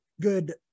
good